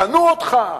קנו אותך,